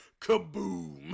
kaboom